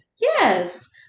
Yes